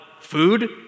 food